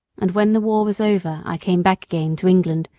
and when the war was over i came back again to england,